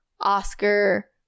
Oscar